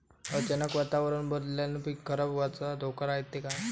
अचानक वातावरण बदलल्यानं पीक खराब व्हाचा धोका रायते का?